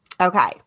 Okay